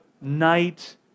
night